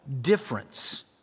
difference